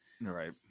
Right